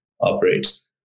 operates